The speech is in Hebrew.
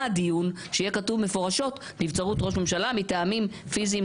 הדיון שיהיה כתוב מפורשות נבצרות ראש הממשלה מטעמים פיזיים,